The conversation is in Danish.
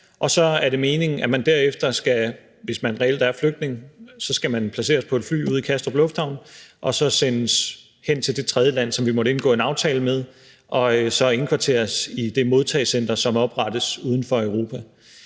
og så er det meningen, at man derefter, hvis man reelt er flygtning, skal placeres på et fly ude i Kastrup Lufthavn og så sendes hen til det tredje land, som vi måtte indgå en aftale med, og så indkvarteres i det modtagecenter, som oprettes uden for Europa.